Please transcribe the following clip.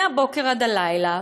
מהבוקר עד הלילה,